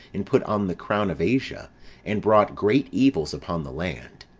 and put on the crown of asia and brought great evils upon the land.